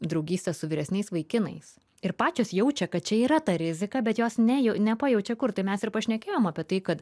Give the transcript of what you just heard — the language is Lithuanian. draugystę su vyresniais vaikinais ir pačios jaučia kad čia yra ta rizika bet jos nejau nepajaučia kur tai mes ir pašnekėjom apie tai kad